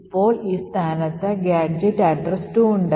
ഇപ്പോൾ ഈ സ്ഥാനത്ത് ഗാഡ്ജെറ്റ് അഡ്രസ്സ് 2 ഉണ്ട്